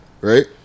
right